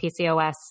PCOS